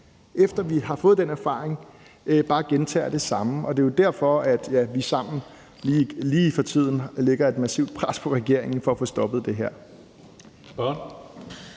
efter vi har fået den erfaring, bare gentager det og gør det samme. Det er jo derfor, vi sammen lige for tiden lægger et massivt pres på regeringen for at få stoppet det her.